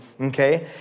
okay